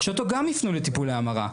שאותו גם הפנו לטיפולי המרה,